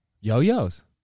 Yo-yos